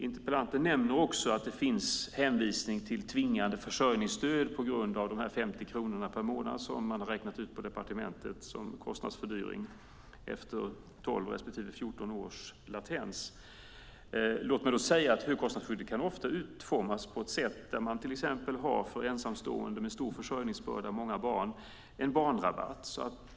Interpellanten nämner också att det finns hänvisning till tvingande försörjningsstöd på grund av de 50 kronor per månad som departementet har räknat ut blir kostnadsfördyringen efter 12 respektive 14 års latens. Låt mig då säga att högkostnadsskyddet ofta kan utformas så att man till exempel för ensamstående med stor försörjningsbörda och många barn har en barnrabatt.